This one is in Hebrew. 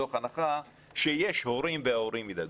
מתוך הנחה שיש הורים וההורים ידאגו.